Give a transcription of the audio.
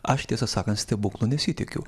aš tiesą sakant stebuklų nesitikiu